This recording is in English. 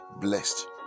blessed